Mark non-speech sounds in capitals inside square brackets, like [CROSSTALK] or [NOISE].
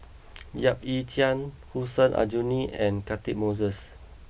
[NOISE] Yap Ee Chian Hussein Aljunied and Catchick Moses